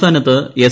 സംസ്ഥാനത്ത് എസ്